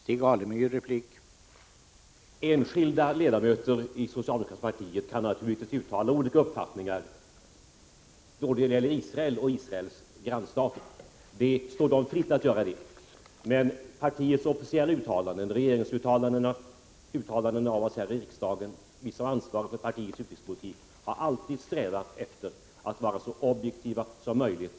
Herr talman! Enskilda ledamöter i det socialdemokratiska partiet kan naturligtvis uttala olika uppfattningar då det gäller Israel och Israels grannstater — det står dem fritt. Men partiets officiella uttalanden — regeringsuttalanden och uttalanden här i riksdagen, som visar ansvar för partiets utrikespolitik — har vi alltid strävat efter att göra så objektiva som möjligt.